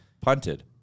punted